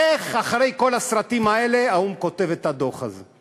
איך אחרי כל הסרטים האלה האו"ם כותב את הדוח הזה?